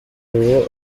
uwo